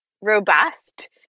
robust